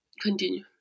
continue